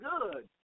good